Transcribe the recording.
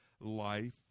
life